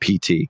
PT